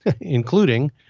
including